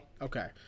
Okay